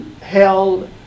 held